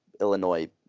Illinois